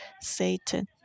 Satan